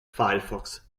firefox